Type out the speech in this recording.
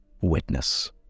witness